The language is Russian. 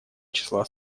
числа